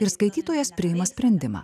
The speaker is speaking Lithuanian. ir skaitytojas priima sprendimą